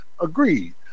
agreed